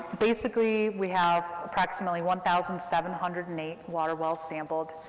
basically, we have approximately one thousand seven hundred and eight water wells sampled.